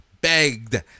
begged